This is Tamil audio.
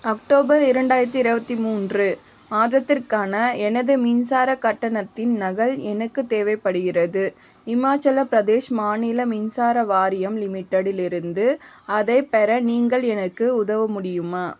அக்டோபர் இரண்டாயிரத்தி இருபத்தி மூன்று மாதத்திற்கான எனது மின்சார கட்டணத்தின் நகல் எனக்கு தேவைப்படுகிறது இமாச்சலப் பிரதேஷ் மாநில மின்சார வாரியம் லிமிட்டெடிலிருந்து அதைப் பெற நீங்கள் எனக்கு உதவ முடியுமா